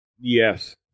Yes